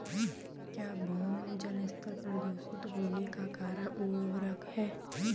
क्या भौम जल स्तर प्रदूषित होने का कारण उर्वरक है?